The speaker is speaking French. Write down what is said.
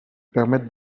permettent